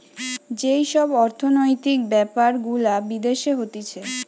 যেই সব অর্থনৈতিক বেপার গুলা বিদেশে হতিছে